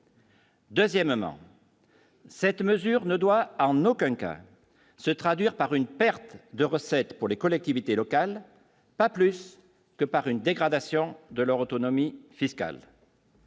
Deuxièmement. Cette mesure ne doit en aucun cas se traduire par une perte de recettes pour les collectivités locales, pas plus que par une dégradation de leur autonomie fiscale.